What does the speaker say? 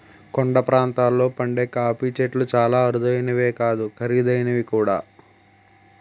కొండ ప్రాంతాల్లో పండే కాఫీ చెట్లు చాలా అరుదైనవే కాదు ఖరీదైనవి కూడా